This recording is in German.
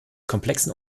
komplexen